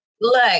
Look